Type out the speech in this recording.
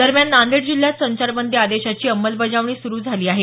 दरम्यान नांदेड जिल्ह्यात संचारबंदी आदेशाची अंमलबजावणी सुरू झाली आहे